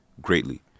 greatly